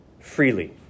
Freely